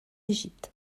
égypte